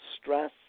stress